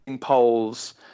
polls